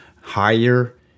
higher